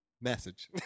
Message